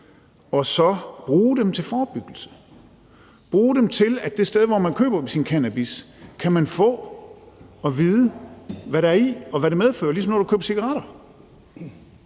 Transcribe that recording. og så bruge dem til forebyggelse – bruge dem til, at man på det sted, hvor man køber sin cannabis, man få at vide, hvad der er i, og hvad det medfører, ligesom når man køber cigaretter.